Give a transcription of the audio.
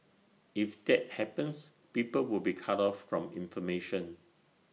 if that happens people will be cut off from information